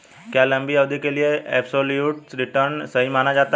क्या लंबी अवधि के लिए एबसोल्यूट रिटर्न सही माना जाता है?